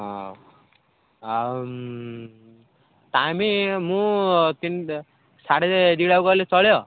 ହଁ ଆଉ ଟାଇମ୍ ମୁଁ ତିନିଟା ସାଢ଼େ ଦୁଇଟା ବେଳେ ଗଲେ ଚଳିବ